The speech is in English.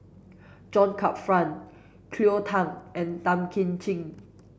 John Crawfurd Cleo Thang and Tan Kim Ching